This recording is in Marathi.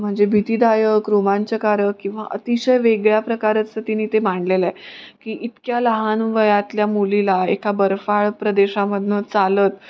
म्हणजे भीतीदायक रोमांचकारक किंवा अतिशय वेगळ्या प्रकारचं तिनं ते मांडलेलं आहे की इतक्या लहान वयातल्या मुलीला एका बर्फाळ प्रदेशामधून चालत